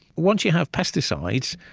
once you have pesticides,